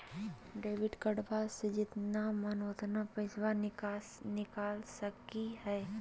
Debit कार्डबा से जितना मन उतना पेसबा निकाल सकी हय?